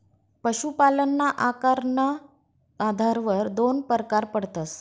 पशुपालनना आकारना आधारवर दोन परकार पडतस